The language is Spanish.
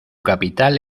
capital